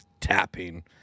tapping